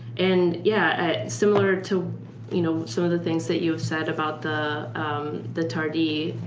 and yeah similar to you know some of the things that you've said about the the tardi